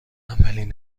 اولین